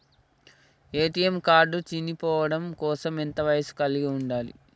ATM card తీసుకోవడం కోసం ఎంత వయస్సు కలిగి ఉండాలి?